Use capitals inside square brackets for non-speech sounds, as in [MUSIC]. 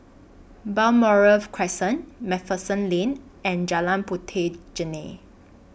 Balmoral [NOISE] Crescent MacPherson Lane and Jalan Puteh Jerneh